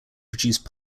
produce